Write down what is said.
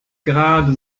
gerade